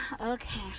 Okay